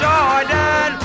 Jordan